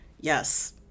yes